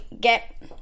get